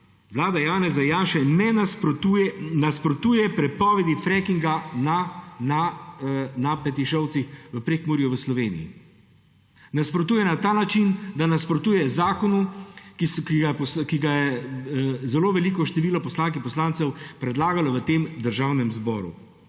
vlada Janeza Janše, nasprotuje prepovedi frackinga na Petišovcih v Prekmurju v Sloveniji. Nasprotuje na ta način, da nasprotuje zakonu, ki ga je zelo veliko število poslank in poslancev predlagalo v Državnem zboru.